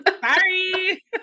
Sorry